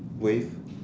wave